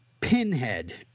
Pinhead